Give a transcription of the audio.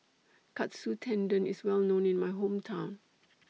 Katsu Tendon IS Well known in My Hometown